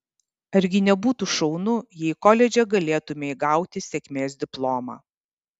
argi nebūtų šaunu jei koledže galėtumei gauti sėkmės diplomą